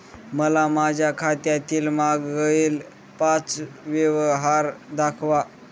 मला माझ्या खात्यातील मागील पांच व्यवहार दाखवा